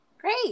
Great